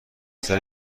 نکرده